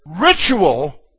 Ritual